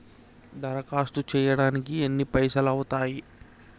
దరఖాస్తు చేయడానికి ఎన్ని పైసలు అవుతయీ?